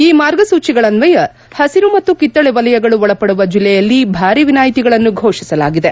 ಈ ಮಾರ್ಗಸೂಚಿಗಳನ್ನಯ ಹಸಿರು ಮತ್ತು ಕಿತ್ತಳೆ ವಲಯಗಳು ಒಳಪಡುವ ಜಿಲ್ಲೆಗಳಲ್ಲಿ ಭಾರೀ ವಿನಾಯಿತಿಗಳನ್ನು ಘೋಷಿಸಲಾಗಿದೆ